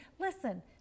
listen